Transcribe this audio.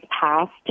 passed